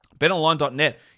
BetOnline.net